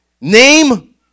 Name